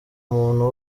muntu